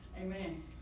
Amen